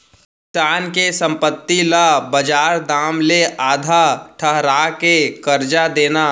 किसान के संपत्ति ल बजार दाम ले आधा ठहरा के करजा देना